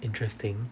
interesting